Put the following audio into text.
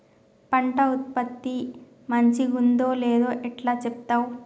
పంట ఉత్పత్తి మంచిగుందో లేదో ఎట్లా చెప్తవ్?